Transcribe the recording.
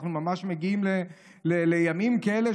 אנחנו ממש מגיעים לימים כאלה,